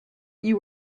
you